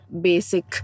basic